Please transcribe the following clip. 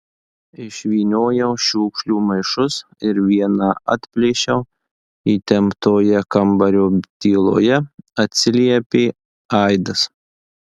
išvyniojau šiukšlių maišus ir vieną atplėšiau įtemptoje kambario tyloje atsiliepė aidas